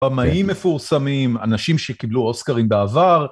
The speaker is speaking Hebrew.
במאים מפורסמים, אנשים שקיבלו אוסקרים בעבר.